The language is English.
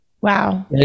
Wow